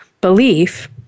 belief